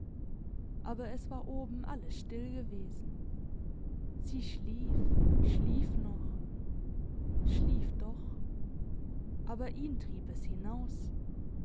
aber es war oben alles still gewesen säe schlief schlief noch schlief doch aber ihn trieb es hinaus